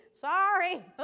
Sorry